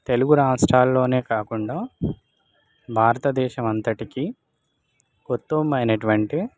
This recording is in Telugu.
తెలుగు రాష్ట్రాల్లోనే కాకుండా భారతదేశం అంతటికి ఉత్తమమైనటువంటి